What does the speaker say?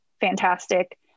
fantastic